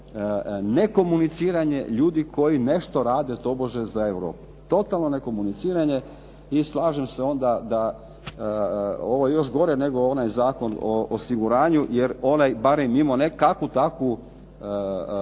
nekomuniciranje ljudi koji nešto rade tobože za Europu, totalno nekomuniciranje i slažem se onda da ovo je još gore nego onaj Zakon o osiguranju jer onaj je barem imao kakvu takvu